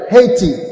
Haiti